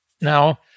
Now